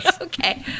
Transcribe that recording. Okay